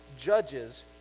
judges